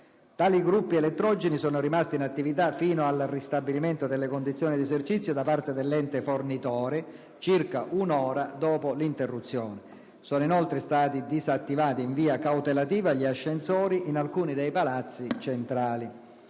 Tali gruppi elettrogeni sono rimasti in attività fino al ristabilimento delle condizioni di esercizio da parte dell'ente fornitore, avvenuto circa un'ora dopo l'interruzione. Sono inoltre stati disattivati, in via cautelativa, gli ascensori in alcuni dei palazzi centrali.